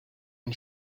and